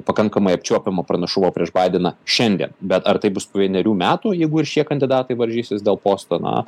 pakankamai apčiuopiamą pranašumą prieš baideną šiandien bet ar tai bus po vienerių metų jeigu ir šie kandidatai varžysis dėl posto na